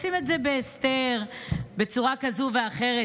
עושים את זה בהסתר בצורה כזאת ואחרת,